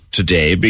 today